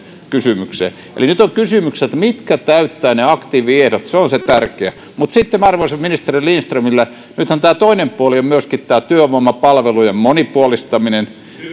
kysymyksiä eli nyt on kysymyksessä mitkä täyttävät ne aktiiviehdot se on se tärkeä mutta sitten arvoisalle ministeri lindströmille nythän tämä toinen puoli on työvoimapalvelujen monipuolistaminen